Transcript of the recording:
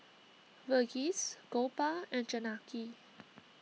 Verghese Gopal and Janaki